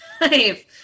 life